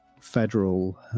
federal